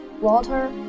water